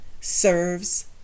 serves